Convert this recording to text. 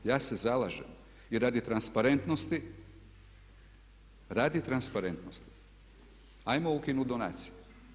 Ja se zalažem i radi transparentnosti, radi transparentnosti ajmo ukinuti donacije.